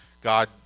God